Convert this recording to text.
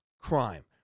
crime